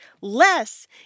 less